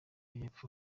y’epfo